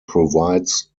provides